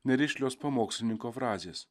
nerišlios pamokslininko frazės